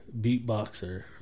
beatboxer